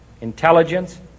intelligence